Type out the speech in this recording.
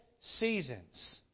seasons